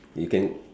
you can